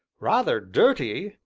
rather dirty,